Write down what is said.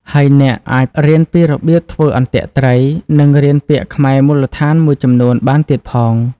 ហើយអ្នកអាចរៀនពីរបៀបធ្វើអន្ទាក់ត្រី និងរៀនពាក្យខ្មែរមូលដ្ឋានមួយចំនួនបានទៀតផង។